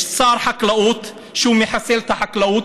יש שר חקלאות שהוא מחסל את החקלאות,